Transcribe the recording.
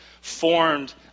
formed